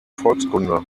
volkskunde